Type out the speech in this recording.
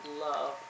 love